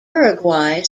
uruguay